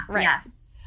Yes